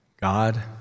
God